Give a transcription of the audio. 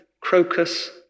crocus